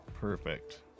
Perfect